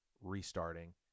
restarting